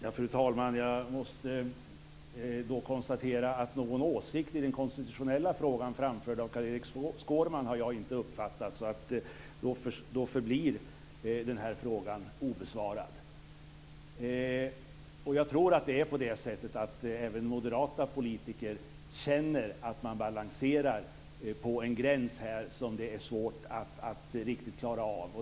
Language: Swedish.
Fru talman! Jag måste konstatera att någon åsikt i den konstitutionella frågan, framförd av Carl-Erik Skårman, har jag inte uppfattat, så då förblir den här frågan obesvarad. Jag tror att det är på det sättet att även moderata politiker känner att de balanserar på en gräns här som det är svårt att klara av.